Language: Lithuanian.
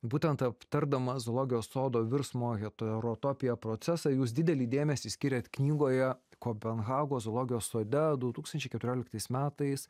būtent aptardamas zoologijos sodo virsmo heterotopija procesą jūs didelį dėmesį skiriat knygoje kopenhagos zoologijos sode du tūkstančiai keturioliktais metais